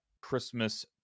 Christmas